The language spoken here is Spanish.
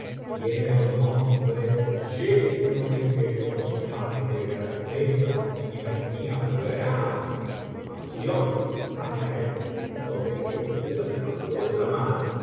y era un hombre lleno de generosidad y de grandeza y me tenía gran estimación hasta el punto de que un día me mandó llamar y